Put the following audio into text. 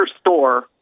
store